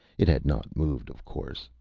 it had not moved, of course.